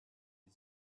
his